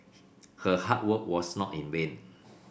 her hard work was not in vain